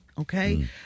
Okay